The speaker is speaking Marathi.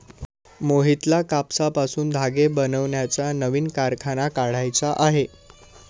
मोहितला कापसापासून धागे बनवण्याचा नवीन कारखाना काढायचा आहे